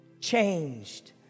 Changed